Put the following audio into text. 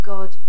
God